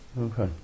okay